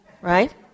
Right